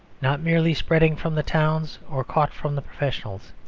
not merely spreading from the towns or caught from the professionals.